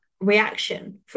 reaction